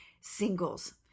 singles